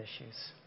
issues